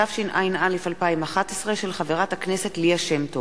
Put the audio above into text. התשע"א 2011, של חברת הכנסת ליה שמטוב.